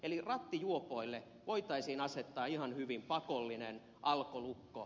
eli rattijuopoille voitaisiin asettaa ihan hyvin pakollinen alkolukko